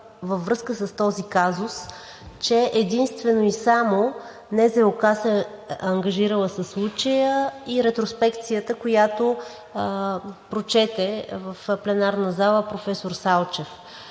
във връзка с този казус, че единствено и само НЗОК се е ангажирала със случая и ретроспекцията, която прочете в пленарната зала професор Салчев.